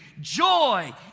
joy